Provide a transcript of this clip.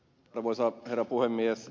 arvoisa herra puhemies